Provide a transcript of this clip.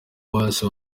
bose